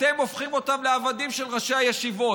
אתם הופכים אותו לעבד של ראשי הישיבות.